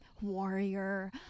warrior